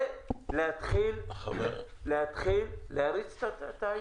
ולהתחיל להריץ את העניינים.